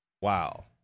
wow